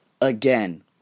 again